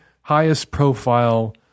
highest-profile